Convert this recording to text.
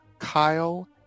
Kyle